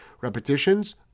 repetitions